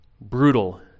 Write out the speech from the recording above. brutal